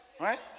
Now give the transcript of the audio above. right